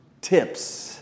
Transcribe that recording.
tips